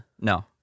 No